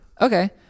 Okay